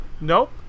Nope